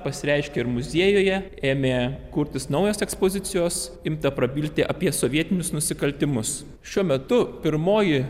pasireiškė ir muziejuje ėmė kurtis naujos ekspozicijos imta prabilti apie sovietinius nusikaltimus šiuo metu pirmoji